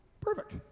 Perfect